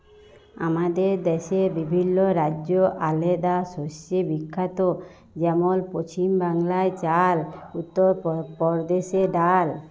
আমাদের দ্যাশে বিভিল্ল্য রাজ্য আলেদা শস্যে বিখ্যাত যেমল পছিম বাংলায় চাল, উত্তর পরদেশে ডাল